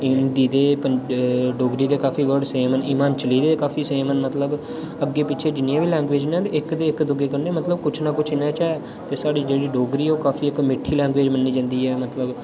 हिंदी ते डोगरी दे बी काफी वर्ड सेम न हिमाचली दे काफी सेम न मतलब अग्गें पिच्छें जि'न्नियां बी लैंग्वेज़ न इक ते इक दूऐ ई मतलब कुछ ना कुछ इ'नें चा साढ़ी जेह्ड़ी डोगरी ऐ ओह् काफी इक मिट्ठी लैंग्वेज़ मन्नी जन्दी ऐ मतलब